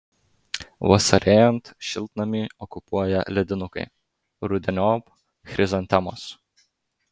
vasarėjant šiltnamį okupuoja ledinukai rudeniop chrizantemos